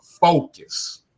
focus